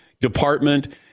department